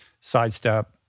sidestep